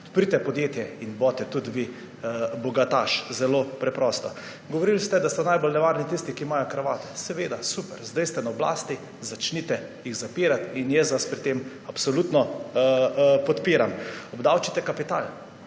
odprite podjetje in bodite tudi vi bogataš. Zelo preprosto. Govorili ste, da so najbolj nevarni tisti, ki imajo kravate. Seveda, super. Zdaj ste na oblasti, začnite jih zapirati in jaz vas pri tem absolutno podpiram. Obdavčite kapital